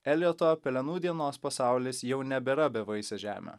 eljoto pelenų dienos pasaulis jau nebėra bevaisė žemė